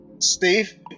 Steve